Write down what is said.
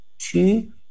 two